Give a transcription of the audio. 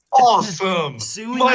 awesome